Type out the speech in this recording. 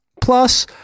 Plus